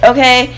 Okay